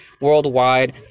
worldwide